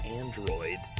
android